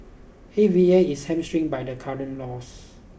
A V A is hamstrung by the current laws